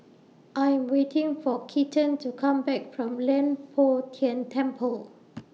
I Am waiting For Keaton to Come Back from Leng Poh Tian Temple